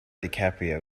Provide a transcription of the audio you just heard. dicaprio